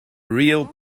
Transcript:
real